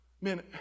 Man